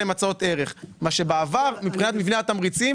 מתוך השמונה, שבעה תומכים בהמלצה.